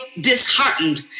disheartened